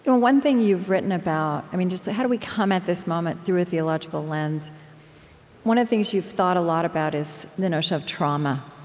and one thing you've written about just how do we come at this moment through a theological lens one of the things you've thought a lot about is the notion of trauma,